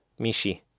mishy,